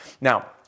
Now